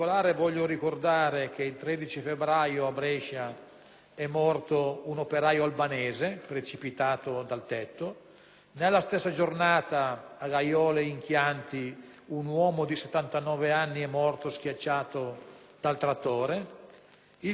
nella stessa giornata a Gaiole in Chianti un uomo di 79 anni è morto schiacciato dal trattore; il 14 febbraio a Campo nell'Elba, in Provincia di Livorno, un operaio è morto lavorando in un cantiere edile;